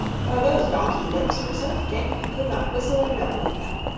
for those donkey lips were so thick i could not whistle a note with them.